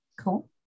Cool